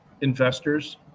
investors